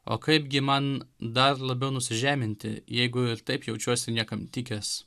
o kaipgi man dar labiau nusižeminti jeigu ir taip jaučiuosi niekam tikęs